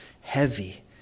heavy